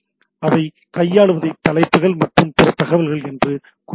அதைக் கையாளுவதை தலைப்புகள் மற்றும் பிற தகவல்கள் என்று நாங்கள் கூறுகிறோம்